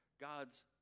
God's